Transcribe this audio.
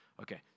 Okay